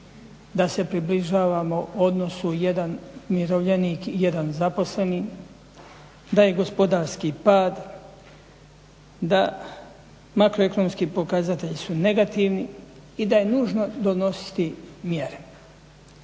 da se približavamo odnosu 1 umirovljenik i 1 zaposleni, da je gospodarski pad da makroekonomski pokazatelji su negativni i da je nužno donositi mjere.